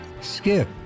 skip